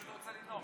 כלכלה.